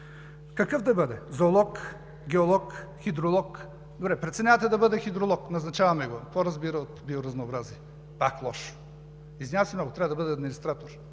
Какъв да бъде – зоолог, геолог, хидролог? Добре, преценявате да бъде хидролог, назначаваме го. Какво разбира от биооразнообразие? Пак лошо. Извинявам се много, трябва да бъде администратор.